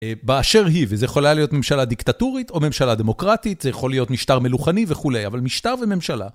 באשר היא, וזה יכולה להיות ממשלה דיקטטורית או ממשלה דמוקרטית, זה יכול להיות משטר מלוכני וכולי, אבל משטר וממשלה.